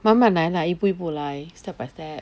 慢慢来 lah 一步一步来 step by step